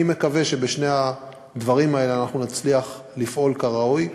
אני מקווה שבשני הדברים האלה אנחנו נצליח לפעול כראוי,